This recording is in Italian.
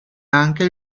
anche